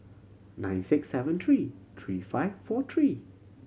nine six seven three three five four three